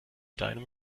deinem